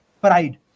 pride